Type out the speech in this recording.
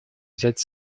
взять